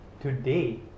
today